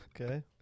Okay